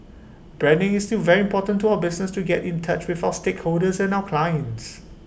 branding is still very important to our business to get in touch with our stakeholders and our clients